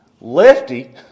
Lefty